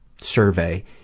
survey